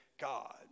God